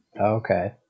Okay